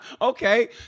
Okay